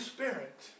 Spirit